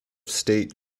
state